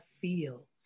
feel